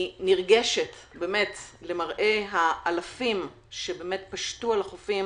אני נרגשת למראה האלפים שפשטו על החופים